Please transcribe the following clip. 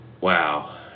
Wow